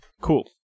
Cool